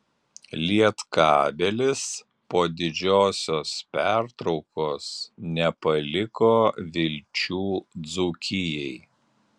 lietkabelis po didžiosios pertraukos nepaliko vilčių dzūkijai